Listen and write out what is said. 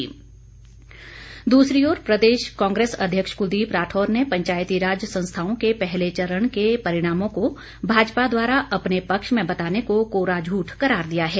कुलदीप सिंह राठौर कांग्रेस के प्रदेश अध्यक्ष कुलदीप राठौर ने पंचायतीराज संस्थाओं के पहले चरण के परिणामों को भाजपा द्वारा अपने पक्ष में बताने को कोरा झूठ करार दिया है